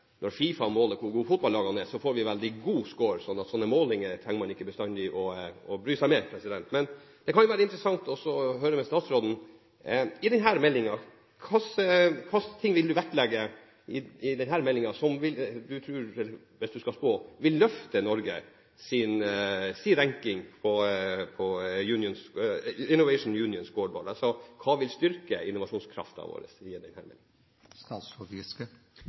når FIFA måler hvor gode fotballagene er, får vi veldig god skår, så sånne målinger trenger man ikke bestandig å bry seg med. Det kan jo være interessant å høre med statsråden: Hvilke ting i denne meldingen vil du vektlegge, som du tror – hvis du skal spå – vil løfte Norges ranking på «Innovation Union Scoreboard»? – Altså: Hva vil styrke vår innovasjonskraft i